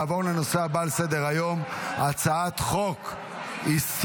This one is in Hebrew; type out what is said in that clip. נעבור לנושא הבא על סדר-היום: הצעת חוק איסור